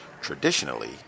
Traditionally